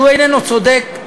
שהוא איננו צודק,